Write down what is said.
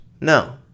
No